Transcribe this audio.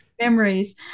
memories